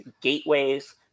gateways